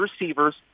receivers